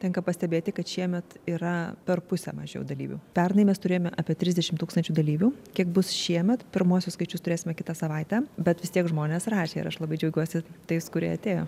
tenka pastebėti kad šiemet yra per pusę mažiau dalyvių pernai mes turėjome apie trisdešimt tūkstančių dalyvių kiek bus šiemet pirmuosius skaičius turėsime kitą savaitę bet vis tiek žmonės rašė ir aš labai džiaugiuosi tais kurie atėjo